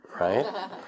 right